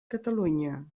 catalunya